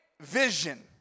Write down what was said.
vision